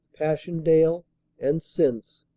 passchendaele and since,